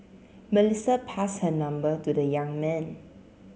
Melissa passed her number to the young man